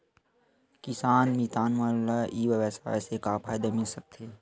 किसान मितान मन ला ई व्यवसाय से का फ़ायदा मिल सकथे?